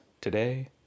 Today